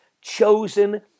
chosen